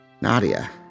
Nadia